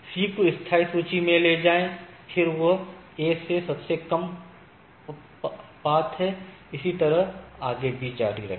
C को स्थायी सूची में ले जाएँ क्योंकि यह A से सबसे कम पथ है और इसी तरह आगे भी जारी रहेगा